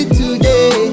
today